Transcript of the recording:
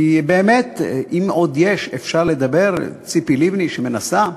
כי באמת אם עוד אפשר לדבר, ציפי לבני שמנסה,